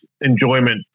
enjoyment